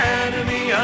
enemy